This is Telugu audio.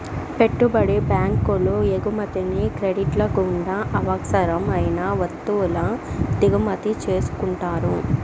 పెట్టుబడి బ్యాంకులు ఎగుమతిని క్రెడిట్ల గుండా అవసరం అయిన వత్తువుల దిగుమతి చేసుకుంటారు